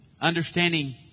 understanding